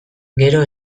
gero